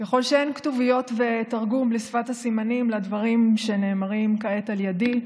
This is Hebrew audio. שאין כתוביות ותרגום לשפת הסימנים לדברים שנאמרים כעת על ידי,